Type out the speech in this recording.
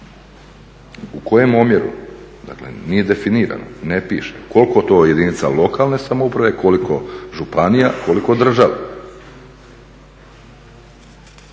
U kojem omjeru, dakle nije definirano, ne piše. Koliko to jedinica lokalne samouprave, koliko županija, koliko država.